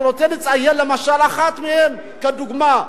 אני רוצה לציין למשל אחת מהן כדוגמה,